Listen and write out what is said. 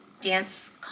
dance